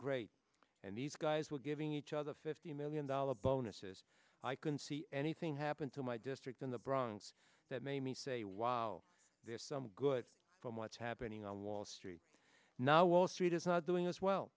great and these guys were giving each other fifty million dollar bonuses i can see anything happen to my district in the bronx that made me say wow there's some good from what's happening on wall street now wall street is not doing us well